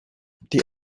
die